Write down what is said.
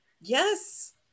Yes